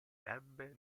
ebbe